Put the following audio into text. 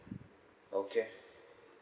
okay